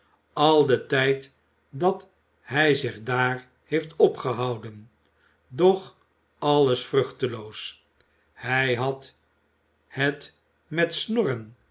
al den tijd dat hij zich daar heeft opgehouden doch alles vruchteloos hij had het met snorren